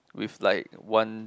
with like one